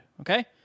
Okay